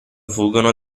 fuggono